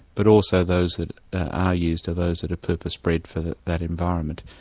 but also those that are used are those that are purpose bred for that that environment.